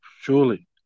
surely